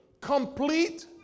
complete